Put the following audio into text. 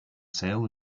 sale